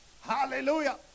hallelujah